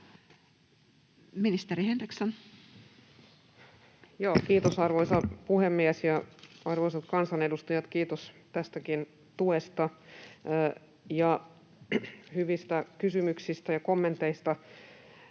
Ministeri Henriksson. Kiitos, arvoisa puhemies! Ja kiitos, arvoisat kansanedustajat, tästäkin tuesta ja hyvistä kysymyksistä ja kommenteista.